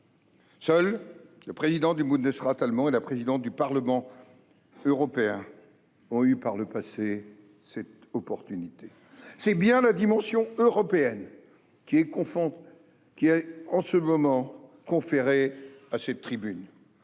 Seuls le président du Bundesrat allemand et la présidente du Parlement européen ont eu, par le passé, cette occasion. C'est dire la dimension européenne qui est conférée à cette tribune.